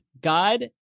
God